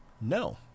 No